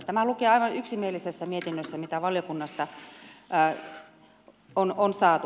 tämä lukee aivan yksimielisessä mietinnössä mitä valiokunnasta on saatu